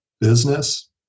business